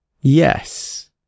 Yes